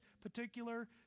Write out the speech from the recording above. particular